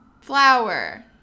Flower